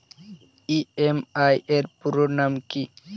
EMI এর পুরোনাম কী?